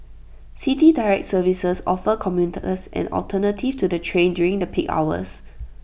City Direct services offer commuters an alternative to the train during the peak hours